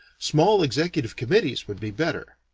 small executive committees would be better.